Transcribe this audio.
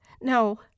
No